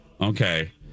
okay